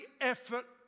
effort